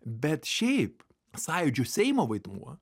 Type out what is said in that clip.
bet šiaip sąjūdžiui seimo vaidmuo